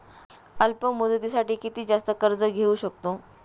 अल्प मुदतीसाठी किती जास्त कर्ज घेऊ शकतो?